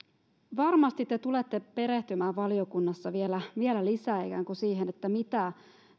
varmasti te tulette perehtymään valiokunnassa vielä vielä lisää siihen mitä